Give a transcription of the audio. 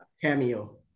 Cameo